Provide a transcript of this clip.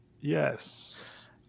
Yes